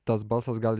tas balsas gal